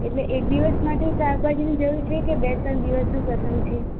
એટલે એક દિવસ માટે શાકભાજીની જરૂર છે કે બે ત્રણ દિવસનો પ્રસંગ છે